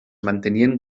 mantenien